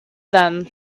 then